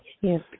Yes